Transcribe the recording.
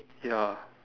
ya